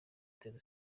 itera